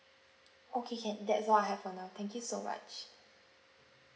okay can that's all I have for now thank you so much